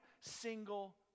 single